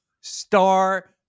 star